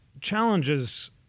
challenges